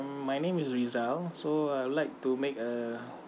my name is rizal so I'd like to make a